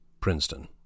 Princeton